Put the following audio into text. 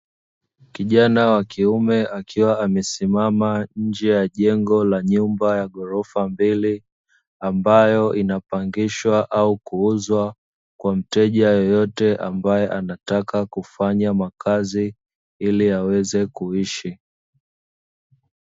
Kijana wa kiume akiwa amesimama nje ya jengo la nyumba ya ghorofa mbili, ambayo inapangishwa au kuuzwa kwa mteja yeyote ambaye anataka kufanya makazi ili aweze kuishi.